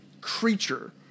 creature